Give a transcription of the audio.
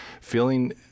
feeling